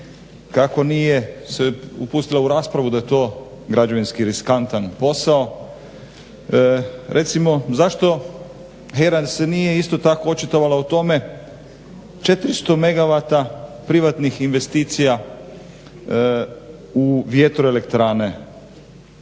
Kako nije se upustila u raspravu da je to građevinski riskantan posao. Recimo zašto HERA se nije isto tako očitovala u tome 400 megawata privatnih investicija u vjetroelektrane.